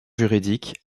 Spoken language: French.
juridiques